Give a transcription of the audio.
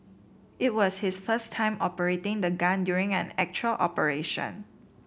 it was his first time operating the gun during an actual operation